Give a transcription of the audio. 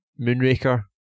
Moonraker